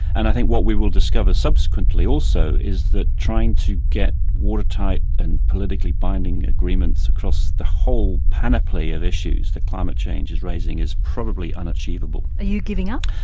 and i think what we will discover subsequently also is that trying to get watertight and politically binding agreements across the whole panoply of issues that climate change is raising is probably unachievable. are you giving up?